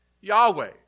Yahweh